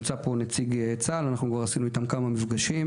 נמצא פה נציג צה"ל, כבר קיימנו איתם כמה מפגשים.